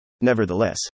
Nevertheless